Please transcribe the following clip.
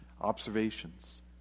Observations